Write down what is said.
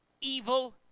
evil